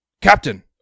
Captain